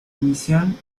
emisión